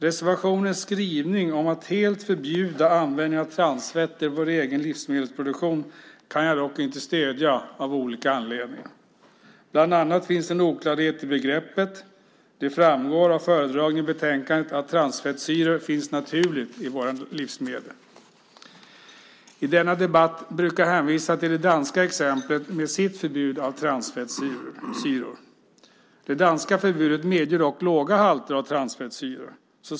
Reservationens skrivning om att helt förbjuda användningen av transfetter i vår egen livsmedelsproduktion kan jag dock inte stödja av olika anledningar. Bland annat finns det en oklarhet i begreppet. Det framgår av föredragningen i betänkandet att transfettsyror finns naturligt i våra livsmedel. I dessa debatter brukar det hänvisas till det danska exemplet med dess förbud mot transfettsyror. Det danska förbudet medger dock låga halter av transfettsyror.